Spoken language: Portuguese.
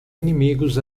inimigos